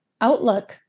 outlook